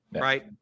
right